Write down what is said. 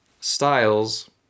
styles